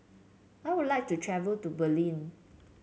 I would like to travel to Berlin